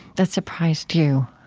that surprised you?